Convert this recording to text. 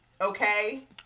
Okay